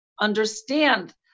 understand